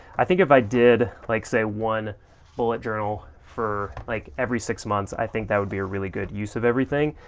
i think if i did, like say one bullet journal for, like, every six months i think that would be a really good use of everything.